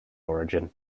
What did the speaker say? origin